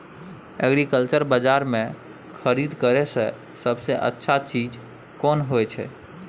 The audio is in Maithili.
एग्रीकल्चर बाजार में खरीद करे से सबसे अच्छा चीज कोन होय छै?